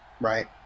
Right